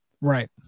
Right